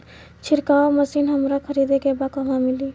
छिरकाव मशिन हमरा खरीदे के बा कहवा मिली?